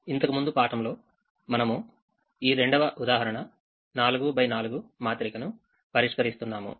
ఇంతకు ముందు పాఠంలో మనముఈ రెండవ ఉదాహరణ 4 x 4 మాత్రికను పరిష్కరిస్తున్నాము